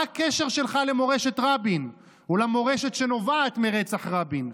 מה הקשר שלך למורשת רבין או למורשת שנובעת מרצח רבין?